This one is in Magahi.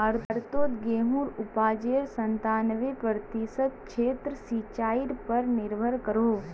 भारतोत गेहुंर उपाजेर संतानबे प्रतिशत क्षेत्र सिंचाई पर निर्भर करोह